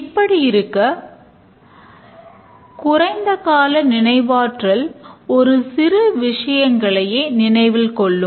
இப்படி இருக்க குறைந்த கால நினைவாற்றல் ஒரு சில விஷயங்களையே நினைவில் கொள்ளும்